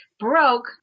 Broke